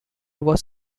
was